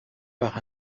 par